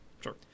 sure